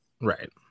Right